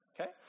okay